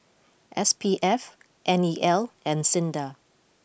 S P F N E L and Sinda